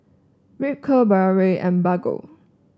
Ripcurl Biore and Bargo